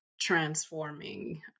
transforming